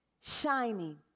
shining